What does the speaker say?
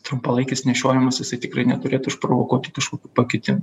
trumpalaikis nešiojimas jisai tikrai neturėtų išprovokuoti kažkokių pakitimų